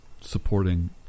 supporting